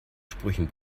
sprüchen